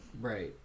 Right